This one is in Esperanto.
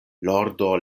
lordo